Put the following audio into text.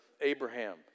Abraham